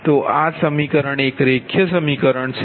તો આ સમીકરણ એક રેખીય સમીકરણ છે